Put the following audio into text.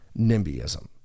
NIMBYism